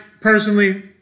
Personally